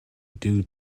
due